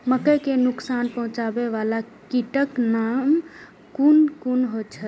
मके के नुकसान पहुँचावे वाला कीटक नाम कुन कुन छै?